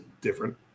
different